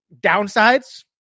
Downsides